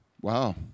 Wow